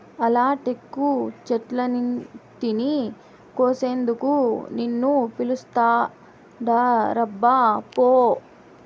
ఆల టేకు చెట్లన్నింటినీ కోసేందుకు నిన్ను పిలుస్తాండారబ్బా పో